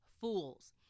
fools